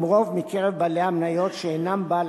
גם רוב מקרב בעלי המניות שאינם בעל